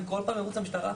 אני כל פעם ארוץ למשטרה?